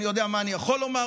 אני יודע מה אני יכול לומר,